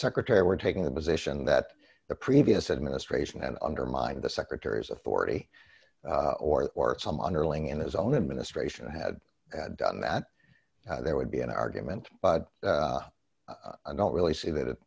secretary were taking the position that the previous administration had undermined the secretary's authority or some underling in his own administration had done that there would be an argument but i don't really see that